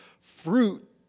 fruit